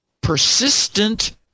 persistent